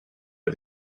but